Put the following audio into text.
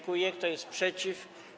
Kto jest przeciw?